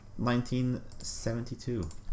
1972